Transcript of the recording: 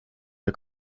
der